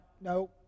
no